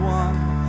one